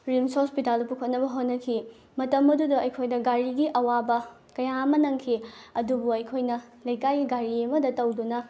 ꯔꯤꯝꯁ ꯍꯣꯁꯄꯤꯇꯥꯜꯗ ꯄꯨꯈꯠꯅꯕ ꯍꯣꯠꯅꯈꯤ ꯃꯇꯝ ꯑꯗꯨꯗ ꯑꯩꯈꯣꯏꯗ ꯒꯥꯔꯤꯒꯤ ꯑꯋꯥꯕ ꯀꯌꯥ ꯑꯃ ꯅꯪꯈꯤ ꯑꯗꯨꯕꯨ ꯑꯩꯈꯣꯏꯅ ꯂꯩꯀꯥꯏꯒꯤ ꯒꯥꯔꯤ ꯑꯃꯗ ꯇꯧꯗꯨꯅ